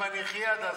אם אני אחיה עד אז,